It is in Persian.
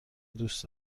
دوست